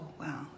wow